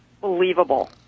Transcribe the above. believable